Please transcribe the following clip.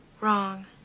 Wrong